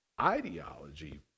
ideology